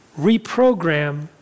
reprogram